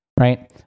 right